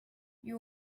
you